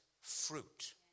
fruit